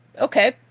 okay